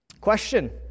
Question